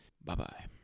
Bye-bye